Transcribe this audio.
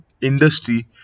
industry